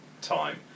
time